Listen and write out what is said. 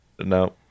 no